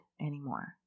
anymore